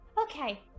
Okay